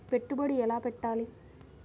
పెట్టుబడి ఎలా పెట్టాలి?